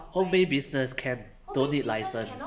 home-based business can don't need license